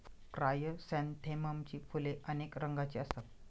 क्रायसॅन्थेममची फुले अनेक रंगांची असतात